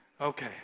Okay